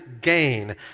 gain